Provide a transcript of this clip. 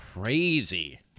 crazy